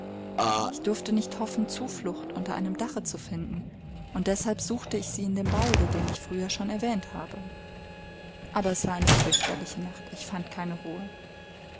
ich durfte nicht hoffen zuflucht unter einem dache zu finden und deshalb suchte ich sie in dem walde den ich früher schon erwähnt habe aber es war eine fürchterliche nacht ich fand keine ruhe